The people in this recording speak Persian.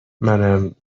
منم